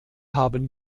haben